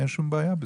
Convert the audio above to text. אין שום בעיה בזה.